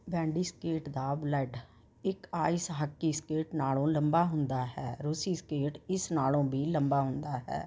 bandy skate ਦਾ blade ਇੱਕ ice hockey skate ਨਾਲੋਂ ਲੰਬਾ ਹੁੰਦਾ ਹੈ ਰੂਸੀ ਸਕੇਟ ਇਸ ਨਾਲੋਂ ਵੀ ਲੰਬਾ ਹੁੰਦਾ ਹੈ